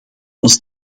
ons